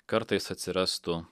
kartais atsirastų